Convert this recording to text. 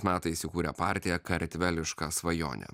metais įkūrė partiją kartvelišką svajonę